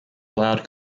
allowed